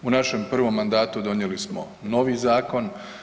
U našem prvom mandatu donijeli smo novi zakon.